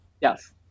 Yes